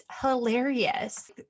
hilarious